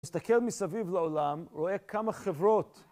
מסתכל מסביב לעולם, רואה כמה חברות